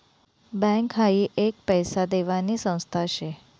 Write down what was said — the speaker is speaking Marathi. बँक हाई एक पैसा देवानी संस्था शे